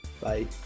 Bye